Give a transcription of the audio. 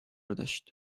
داشت